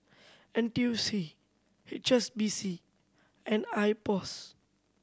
N T U C H S B C and IPOS